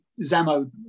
zamo